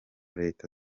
leta